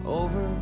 over